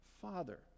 Father